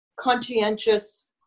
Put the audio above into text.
conscientious